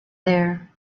there